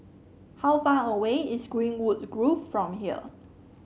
how far away is Greenwood Grove from here